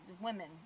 women